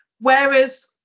Whereas